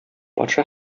патша